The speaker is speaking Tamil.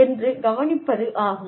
என்று கவனிப்பது ஆகும்